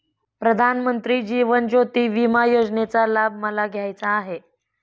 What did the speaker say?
प्रधानमंत्री जीवन ज्योती विमा योजनेचा लाभ मला घ्यायचा आहे